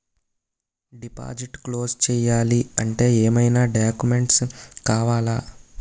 Deposit close చేయాలి అంటే ఏమైనా డాక్యుమెంట్స్ కావాలా?